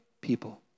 people